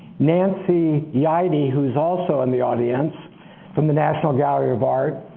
nancy yeide, who is also in the audience from the national gallery of art,